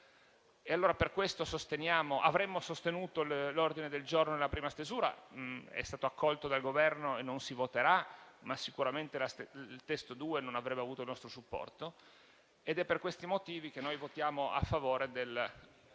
Per questo avremmo sostenuto l'ordine del giorno nella prima stesura. È stato accolto dal Governo e non lo si voterà, ma sicuramente il testo due non avrebbe avuto il nostro supporto. È per questi motivi che votiamo a favore